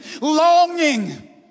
longing